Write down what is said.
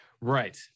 right